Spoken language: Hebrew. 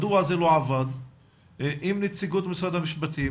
מדוע זה לא עבד עם נציגות משרד המשפטים,